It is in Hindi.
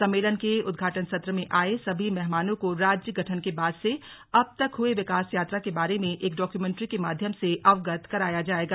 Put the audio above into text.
सम्मेलन के उद्घाटन सत्र में आये सभी मेहमानों को राज्य गठन के बाद से अब तक हुए विकास यात्रा के बारे में एक डॉक्यूमेन्ट्री के माध्यम से अवगत कराया जायेगा